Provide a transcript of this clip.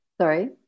Sorry